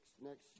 next